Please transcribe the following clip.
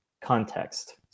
context